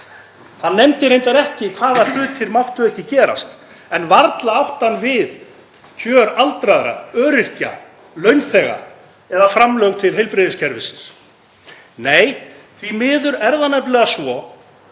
Hann nefndi reyndar ekki hvaða hlutir máttu ekki gerast en varla átti hann við kjör aldraðra, öryrkja, launþega eða framlög til heilbrigðiskerfisins. Nei, því miður er það nefnilega svo